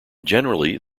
generally